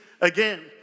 again